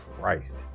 Christ